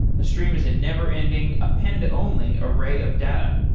a stream is a never-ending append-only array of data.